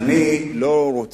ואני אומר